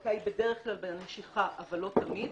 ההדבקה היא בדרך כלל בנשיכה אבל לא תמיד.